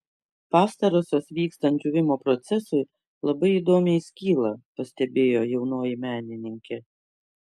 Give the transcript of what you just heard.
pastarosios vykstant džiūvimo procesui labai įdomiai skyla pastebėjo jaunoji menininkė